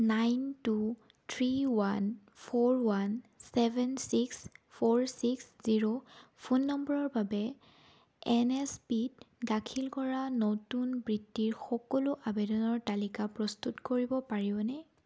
nine two three one four one seven six four six zero phone নম্বৰৰ বাবে N S পিত দাখিল কৰা নতুন বৃত্তিৰ সকলো আবেদনৰ তালিকা প্ৰস্তুত কৰিব পাৰিবনে